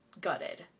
gutted